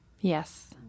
Yes